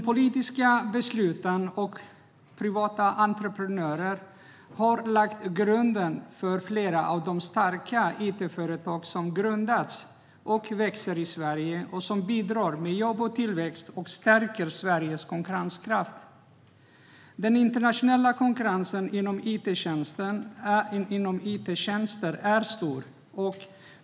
Politiska beslut och privata entreprenörer har lagt grunden till flera av de starka itföretag som har grundats och växer i Sverige och som bidrar med jobb och tillväxt och stärker Sveriges konkurrenskraft. Den internationella konkurrensen om ittjänster är stor.